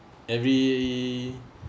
every